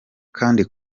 kandi